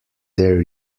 their